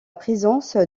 présence